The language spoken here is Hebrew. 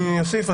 אני אוסיף.